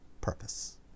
purpose